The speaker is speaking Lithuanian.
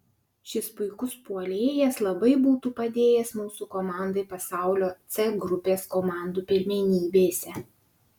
šis puikus puolėjas labai būtų padėjęs mūsų komandai pasaulio c grupės komandų pirmenybėse